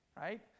Right